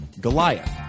Goliath